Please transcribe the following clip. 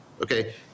Okay